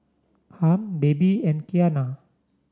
Harm Baby and Keanna